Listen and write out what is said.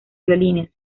violines